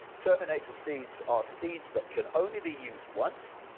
terminator seeds are seeds that can only be used once,